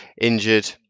injured